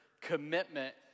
commitment